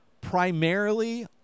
primarily